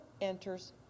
enters